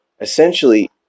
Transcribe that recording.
essentially